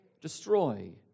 destroy